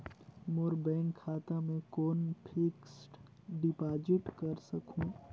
मोर bank खाता मे कौन फिक्स्ड डिपॉजिट कर सकहुं?